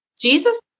Jesus